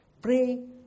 Pray